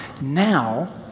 Now